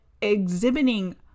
exhibiting